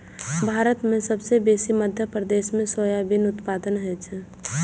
भारत मे सबसँ बेसी मध्य प्रदेश मे सोयाबीनक उत्पादन होइ छै